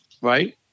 Right